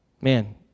Man